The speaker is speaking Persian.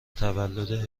تولد